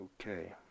Okay